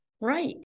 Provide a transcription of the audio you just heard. Right